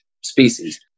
species